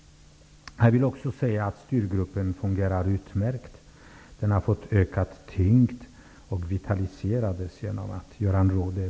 Jag vill också säga att styrgruppen fungerar utmärkt. Den har fått utökat tyngd och har vitaliserats genom att Göran Rådö är med i den.